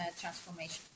transformation